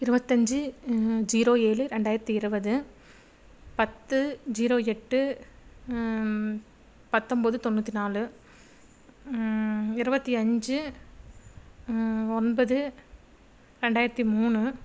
இருபத்தஞ்சி ஜீரோ ஏழு ரெண்டாயிரத்தி இருவது பத்து ஜீரோ எட்டு பத்தொம்போது தொண்ணூற்றி நாலு இருபத்தி அஞ்சு ஒன்பது ரெண்டாயிரத்தி மூணு